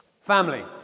Family